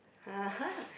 (uh huh)